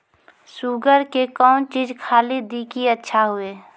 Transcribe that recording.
Sugar के कौन चीज खाली दी कि अच्छा हुए?